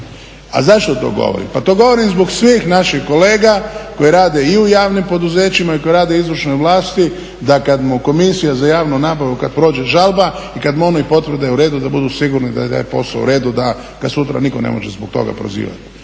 A zašto to govorim? Pa to govorim zbog svih naših kolega koji rade i u javnim poduzećima i koji rade u izvršnoj vlasti da kad mu Komisija za javnu nabavu kad prođe žalba i kad mu oni potvrde u redu da budu sigurni da je posao u redu da ga sutra nitko ne može zbog toga prozivati.